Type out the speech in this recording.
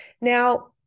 now